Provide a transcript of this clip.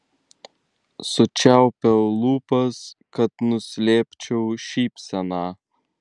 sučiaupiau lūpas kad nuslėpčiau šypseną